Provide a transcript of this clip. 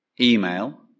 email